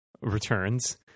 returns